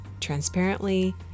transparently